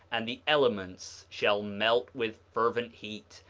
and the elements shall melt with fervent heat,